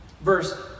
Verse